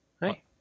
Hey